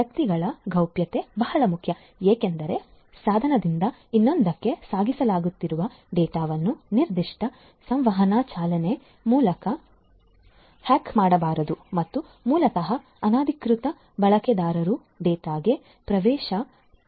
ವ್ಯಕ್ತಿಗಳ ಗೌಪ್ಯತೆ ಬಹಳ ಮುಖ್ಯ ಏಕೆಂದರೆಸಾಧನದಿಂದ ಇನ್ನೊಂದಕ್ಕೆ ಸಾಗಿಸಲಾಗುತ್ತಿರುವ ಡೇಟಾವನ್ನು ನಿರ್ದಿಷ್ಟ ಸಂವಹನ ಚಾನೆಲ್ ಮೂಲಕ ಒಂದುಹ್ಯಾಕ್ ಮಾಡಬಾರದು ಮತ್ತು ಮೂಲತಃ ಅನಧಿಕೃತ ಬಳಕೆದಾರರು ಡೇಟಾಗೆ ಪ್ರವೇಶ ಪಡೆಯಲು ಸಾಧ್ಯವಾಗಬಾರದು